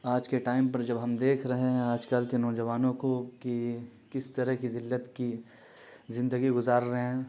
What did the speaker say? آج کے ٹائم پر جب ہم دیکھ رہے ہیں آج کل کے نوجوانوں کو کہ کس طرح کی ذلت کی زندگی گزار رہے ہیں